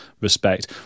respect